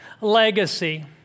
legacy